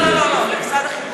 לא, לא, לא, למשרד החינוך.